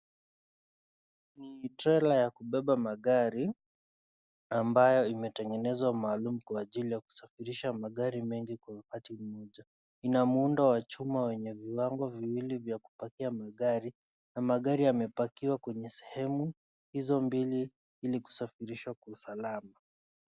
Ni trela ya kubeba magari ambayo imetengeneswa maalum kwa ajili ya kusafirisha magari mengi kwa wakati mmoja, ina muundo wa chuma wenye viwango viwili vya kupakia magari na magari yamepakiwa kwenye sehemu hizo mbili ili kusafirisha kwa usalama.